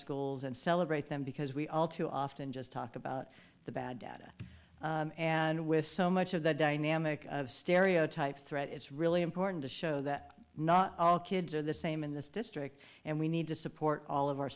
schools and celebrate them because we all too often just talk about the bad data and with so much of the dynamic of stereotype threat it's really important to show that not all kids are the same in this district and we need to support all of our